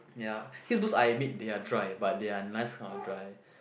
ya his books I admit they are dry but they are nice kind of dry